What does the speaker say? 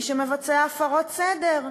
מי שמבצע הפרות סדר.